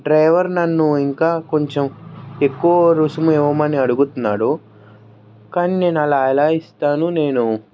driver నన్ను ఇంకా కొంచెం ఎక్కువ రుసుము ఇవ్వమని అడుగుతున్నాడు కానీ నేను అలా ఎలా ఇస్తాను నేను